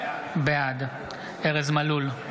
בעד ארז מלול,